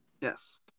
Yes